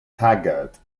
taggart